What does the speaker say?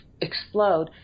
explode